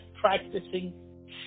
practicing